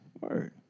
Word